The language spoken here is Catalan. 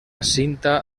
cinta